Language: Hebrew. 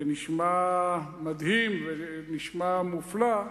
שנשמע מדהים ונשמע מופלא.